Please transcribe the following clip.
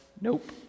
nope